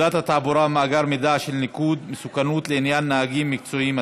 פקודת התעבורה (מאגר מידע של ניקוד מסוכנות לעניין נהגים מקצועיים),